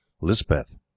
Lisbeth